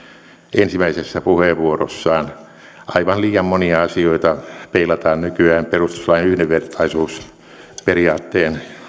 ensimmäisessä puheenvuorossaan aivan liian monia asioita peilataan nykyään perustuslain yhdenvertaisuusperiaatteen